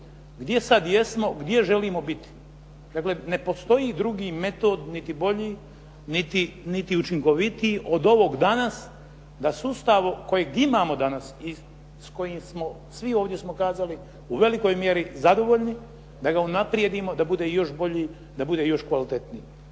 gdje sada jesmo, gdje želimo biti. Dakle ne postoji drugi metoda niti bolji, niti učinkovitiji od ovog danas, da sustavu kojeg imamo danas i s kojim smo svi ovdje smo kazali u velikoj mjeri zadovoljni, da ga unaprijedimo, da bude još bolji, da bude još kvalitetniji.